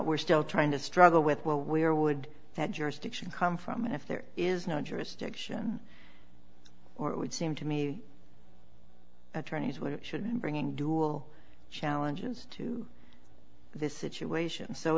we're still trying to struggle with what where would that jurisdiction come from and if there is no jurisdiction or it would seem to me attorneys what it should be bringing dual challenges to this situation so